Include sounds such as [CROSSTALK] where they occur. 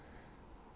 [BREATH]